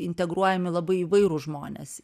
integruojami labai įvairūs žmonės